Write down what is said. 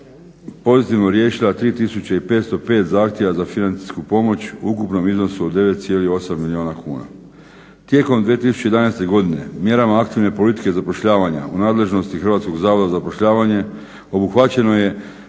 pozitivno riješila 3505 zahtjeva za financijsku pomoć u ukupnom iznosu od 9,8 milijuna kuna. Tijekom 2011. godine mjerama aktivne politike zapošljavanja u nadležnosti Hrvatskog zavoda za zapošljavanje obuhvaćeno je